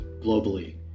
globally